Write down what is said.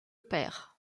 perd